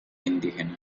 indígena